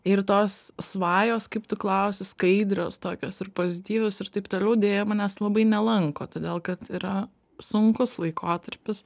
ir tos svajos kaip tu klausi skaidrios tokios ir pozityvios ir taip toliau deja manęs labai nelanko todėl kad yra sunkus laikotarpis